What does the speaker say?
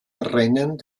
rennen